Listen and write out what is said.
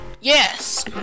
Yes